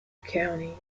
county